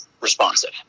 responsive